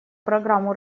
программу